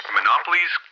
Monopolies